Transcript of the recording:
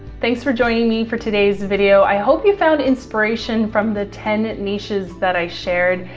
thanks for joining me for today's video. i hope you found inspiration from the ten niches that i shared.